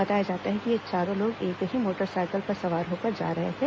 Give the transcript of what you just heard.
बताया जाता है कि ये चारों लोग एक ही मोटर सायकल पर सवार होकर जा रहे थे